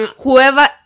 Whoever